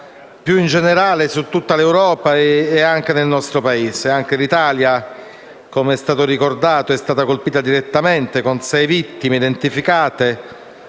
più in generale, su tutta l'Europa e anche sul nostro Paese. Anche l'Italia, come è stato ricordato, è stata colpita direttamente con sei vittime identificate.